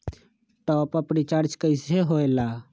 Top up recharge कइसे होएला?